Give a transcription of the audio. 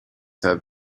have